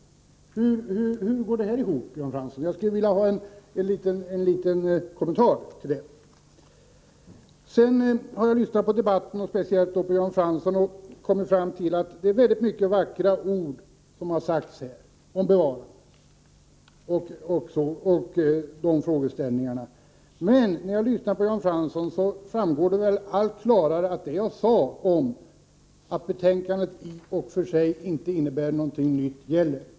Hur går det här ihop, Jan Fransson? När jag har lyssnat på debatten, och framför allt på Jan Fransson, har jag kommit fram till att det är väldigt mycket vackra ord som har sagts om bevarande. Medan jag lyssnade på Jan Fransson framstod det allt klarare för mig att det jag sade om att betänkandet i och för sig inte innebär någonting nytt fortfarande gäller.